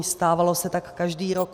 Stávalo se tak každý rok.